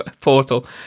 portal